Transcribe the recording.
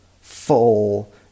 full